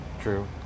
True